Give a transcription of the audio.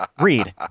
Read